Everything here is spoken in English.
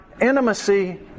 intimacy